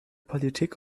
politik